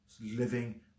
living